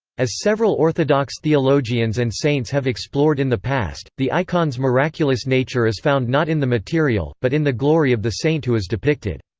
as several orthodox theologians and saints have explored in the past, the icon's miraculous nature is found not in the material, but in the glory of the saint who is depicted.